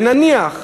ונניח,